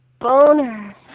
boner